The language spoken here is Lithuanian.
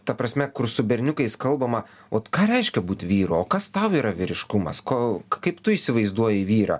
ta prasme kur su berniukais kalbama ot ką reiškia būt vyro kas tau yra vyriškumas ko kaip tu įsivaizduoji vyrą